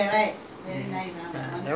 chandra and we two went to brisbane